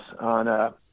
on